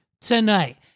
tonight